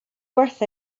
worth